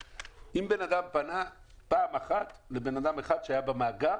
אם בן אדם פנה פעם אחת לבן אדם אחד שהיה במאגר,